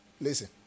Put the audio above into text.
listen